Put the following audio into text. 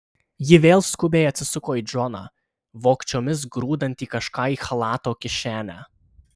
ji vėl skubiai atsisuko į džoną vogčiomis grūdantį kažką į chalato kišenę